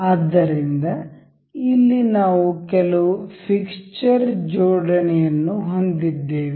ಆದ್ದರಿಂದ ಇಲ್ಲಿ ನಾವು ಕೆಲವು ಫಿಕ್ಸ್ಚರ್ ಜೋಡಣೆ ಯನ್ನು ಹೊಂದಿದ್ದೇವೆ